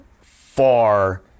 far